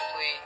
please